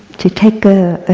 to take a